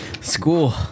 school